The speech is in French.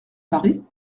paris